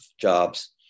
jobs